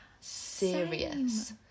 serious